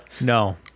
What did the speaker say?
No